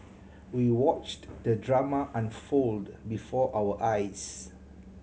we watched the drama unfold before our eyes